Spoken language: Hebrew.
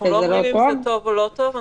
אנחנו לא אומרים אם זה טוב או לא טוב.